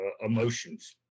emotions